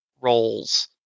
roles